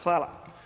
Hvala.